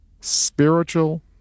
spiritual